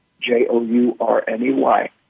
J-O-U-R-N-E-Y